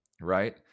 right